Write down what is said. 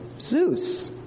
Zeus